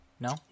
No